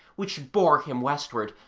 which bore him westward,